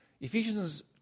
Ephesians